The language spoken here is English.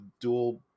dual